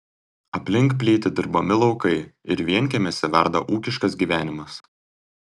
aplink plyti dirbami laukai ir vienkiemiuose verda ūkiškas gyvenimas